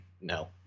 No